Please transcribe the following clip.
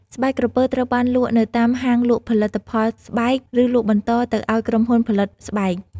ស្បែកក្រពើត្រូវបានលក់ដូរនៅតាមហាងលក់ផលិតផលស្បែក ឬលក់បន្តទៅឲ្យក្រុមហ៊ុនផលិតស្បែក។